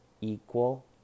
Equal